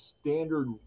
standard